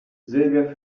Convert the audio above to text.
silvia